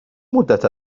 مدت